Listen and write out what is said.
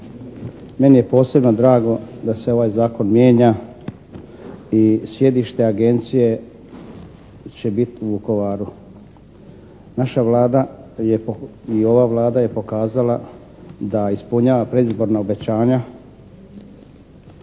Meni je posebno drago da se ovaj zakon mijenja i sjedište agencije će biti u Vukovaru. Naša Vlada je, i ova Vlada je pokazala da ispunjava predizborna obećanja